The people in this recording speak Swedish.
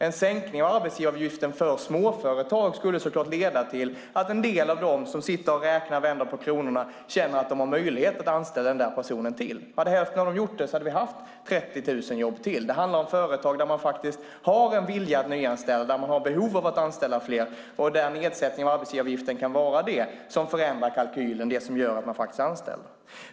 En sänkning av arbetsgivaravgiften för småföretag skulle så klart leda till att en del av dem som sitter och räknar och vänder på kronorna känner att de har möjlighet att anställa den där personen till. Hade hälften av dem gjort det skulle vi ha haft 30 000 jobb till. Det handlar om företag där man har en vilja att anställa och har behov av att anställa fler. Där kan en nedsättning av arbetsgivaravgiften vara det som förändrar kalkylen och gör att man anställer.